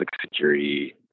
security